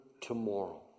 tomorrow